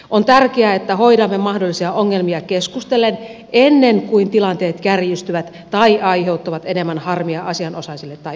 on tärkeää että hoidamme mahdollisia ongelmia keskustellen ennen kuin tilanteet kärjistyvät tai aiheuttavat enemmän harmia asianosaisille tai ympäristölle